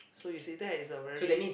so you see that is a very